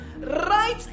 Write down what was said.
right